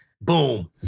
boom